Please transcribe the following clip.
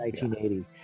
1980